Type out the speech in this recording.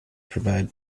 provide